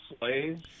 slaves